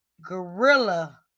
Gorilla